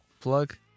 Plug